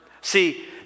See